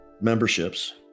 memberships